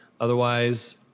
Otherwise